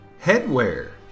headwear